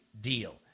deal